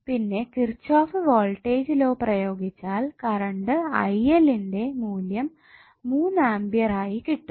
പിന്നെ Kirchhoff voltage law പ്രയോഗിച്ചാൽ current ന്റെ മൂല്യം 3A ആയി കിട്ടും